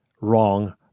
wrong